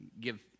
give